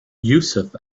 yusuf